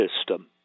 system